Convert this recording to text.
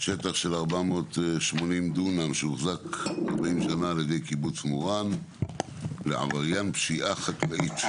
שטח של 480 דונם שהוחזק 40 שנה ע"י קיבוץ מורן לעבריין פשיעה חקלאית",